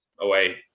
away